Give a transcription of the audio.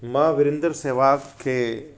मां विरेंद्र सहवाग खे